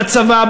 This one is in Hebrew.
בצבא,